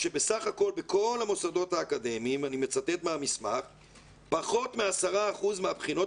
שבסך הכול בכל המוסדות האקדמיים פחות מ-10% מהבחינות